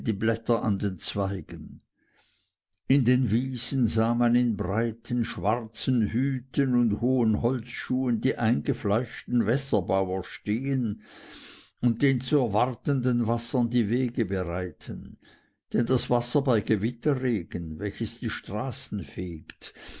die blätter an den zweigen in den wiesen sah man in breiten schwarzen hüten und hohen holzschuhen die eingefleischten wässerbauern stehen und den zu erwartenden wassern die wege bereiten denn das wasser bei gewitterregen welches die straßen fegt